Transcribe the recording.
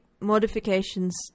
modifications